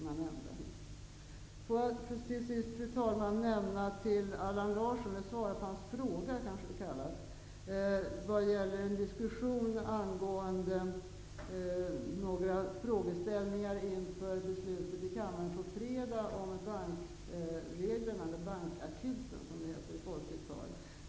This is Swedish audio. Får jag till sist, fru talman, svara på Allan Larssons fråga som gällde en diskussion angående några frågeställningar inför beslutet i kammaren på fredag om bankreglerna eller bankakuten, som den kallas i folkligt tal.